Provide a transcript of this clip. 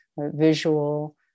visual